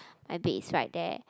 my bed is right there